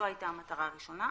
זו הייתה המטרה הראשונה.